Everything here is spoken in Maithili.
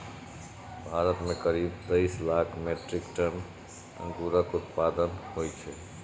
भारत मे करीब तेइस लाख मीट्रिक टन अंगूरक उत्पादन होइ छै